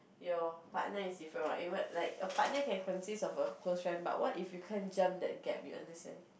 your partner is different what you what like a partner can consist of a close friend but what if you can't jump that gap you understand